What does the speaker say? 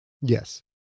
Yes